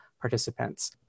participants